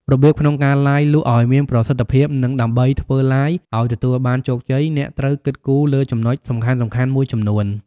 របៀបក្នុងការ Live លក់ឲ្យមានប្រសិទ្ធភាព និងដើម្បីធ្វើ Live ឲ្យទទួលបានជោគជ័យ អ្នកត្រូវគិតគូរលើចំណុចសំខាន់ៗមួយចំនួន។